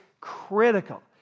critical